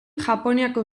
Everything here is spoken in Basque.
japoniako